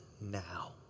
now